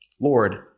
Lord